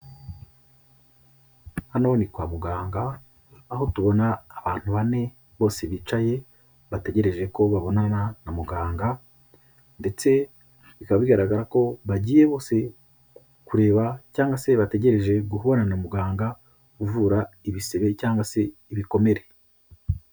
Hano ni kwa muganga aho tubona abantu bane bose bicaye bategereje ko babonana na muganga ndetse bikaba bigaragara ko bagiye bose kureba cyangwa se bategereje guhura na muganga uvura ibisebe cyangwa se ibikomere.